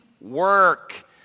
Work